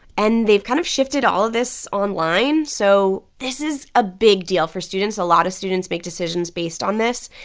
and they've kind of shifted all of this online, so this is a big deal for students. a lot of students make decisions based on this.